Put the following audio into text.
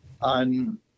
on